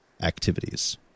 activities